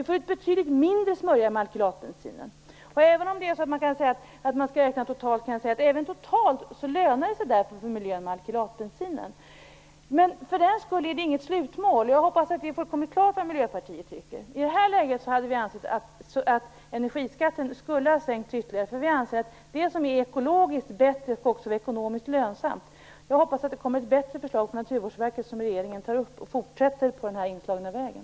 Vi får ut betydligt mindre smörja med alkylatbensinen. Även totalt lönar det sig därför för miljön med alkylatbensinen. Men för den skull är detta inget slutmål, och jag hoppas det är fullkomligt klart vad Miljöpartiet tycker. I det här läget borde energiskatten ha sänkts ytterligare, för vi anser att det som är ekologiskt bättre också skall vara ekonomiskt lönsamt. Jag hoppas att det kommer ett bättre förslag från Naturvårdsverket och att regeringen tar upp det och fortsätter på den inslagna vägen.